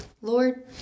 Lord